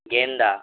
گیندا